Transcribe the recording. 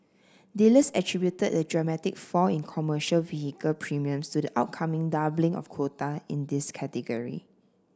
dealers attributed the dramatic fall in commercial vehicle premiums to the upcoming doubling of quota in this category